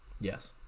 Yes